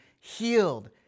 healed